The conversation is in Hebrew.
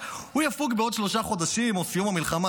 יפוג בעוד שלושה חודשים או בסיום המלחמה,